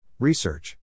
Research